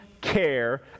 care